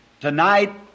tonight